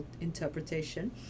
interpretation